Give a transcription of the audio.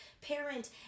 parent